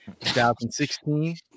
2016